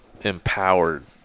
empowered